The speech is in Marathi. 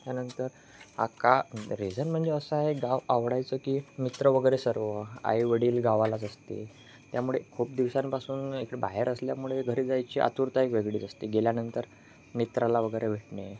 त्यानंतर आ का रीझन म्हणजे असं आहे गाव आवडायचं की मित्र वगैरे सर्व आई वडील गावालाच असते त्यामुळे खूप दिवसांपासून इकडे बाहेर असल्यामुळे घरी जायची आतुरता एक वेगळीच असते गेल्यानंतर मित्राला वगैरे भेटणे